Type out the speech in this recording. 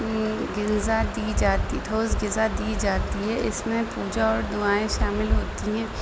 غذا دی جاتی ٹھوس غذا دی جاتی ہے اس میں پوجا اور دعائیں شامل ہوتی ہیں